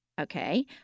okay